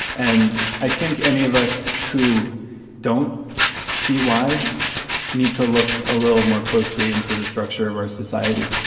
and i think any of us who don't see why need to look a little more closely into the structure of our society.